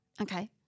Okay